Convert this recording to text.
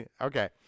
Okay